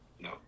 No